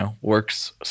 works